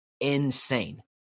Insane